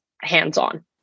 hands-on